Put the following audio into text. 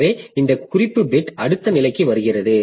எனவே இந்த குறிப்பு பிட் அடுத்த நிலைக்கு வருகிறது